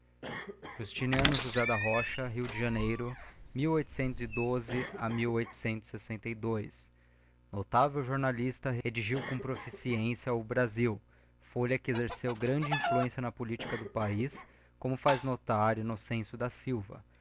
justiniano josé da rocha rio de janeiro a e notável jornalista redigiu com proficiência o brasil folha queexerceu grande influencia na politica dopaiz como faz notar innocencia da silva